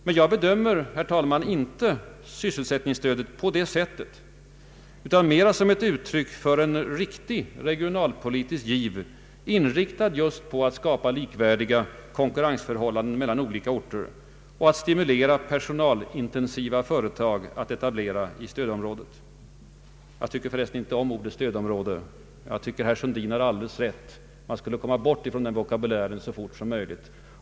Men jag bedömer, herr talman, inte sysselsättningsstödet på det sättet, utan mera som ett uttryck för en riktig regionalpolitisk giv inriktad på att skapa likvärdiga konkurrensförhållanden mellan olika orter och att stimulera personalintensiva företag att etablera inom stödområdet. Jag tycker för resten inte om ordet stödområde. Herr Sundin har alldeles rätt, man borde komma bort från den vokabulären så fort som möjligt.